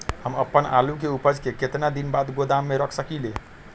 हम अपन आलू के ऊपज के केतना दिन बाद गोदाम में रख सकींले?